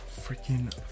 Freaking